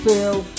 feel